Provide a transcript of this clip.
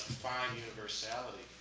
find universality.